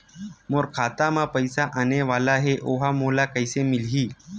मोर खाता म पईसा आने वाला हे ओहा मोला कइसे मिलही?